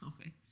Okay